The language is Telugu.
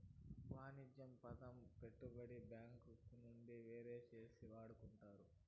వాణిజ్య పదము పెట్టుబడి బ్యాంకు నుండి వేరుచేసి వాడుకుంటున్నారు